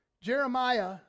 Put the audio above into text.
Jeremiah